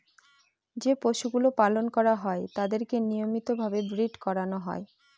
যে পশুগুলো পালন করা হয় তাদেরকে নিয়মিত ভাবে ব্রীড করানো হয়